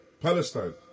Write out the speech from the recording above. Palestine